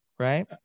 Right